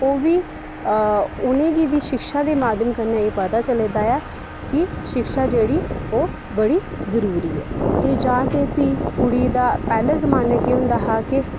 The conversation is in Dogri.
ओह्बी उ'नेंगी बी शिक्षा दे माध्यम कन्नै एह् पता चले दा ऐ कि शिक्षा जेह्ड़ी ओह् बड़ी जरूरी ऐ ते जां ते प्ही कुड़ी दा पैह्लें जमानै केह् होंदा हा कि